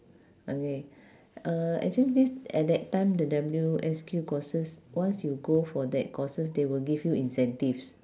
okay uh actually this at that time the W_S_Q courses once you go for that courses they will give you incentives